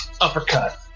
uppercut